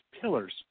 pillars